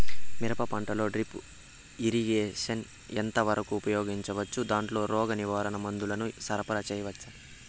మిరప పంటలో drip irrigation ఎంత వరకు ఉపయోగించవచ్చు, దాంట్లో రోగ నివారణ మందుల ను సరఫరా చేయవచ్చా?